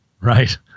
Right